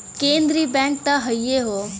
केन्द्र बैंक त हइए हौ